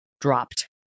dropped